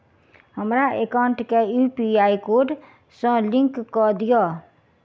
हमरा एकाउंट केँ UPI code सअ लिंक कऽ दिऽ?